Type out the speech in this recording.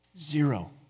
Zero